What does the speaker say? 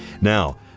Now